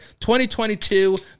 2022